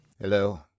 Hello